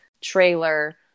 trailer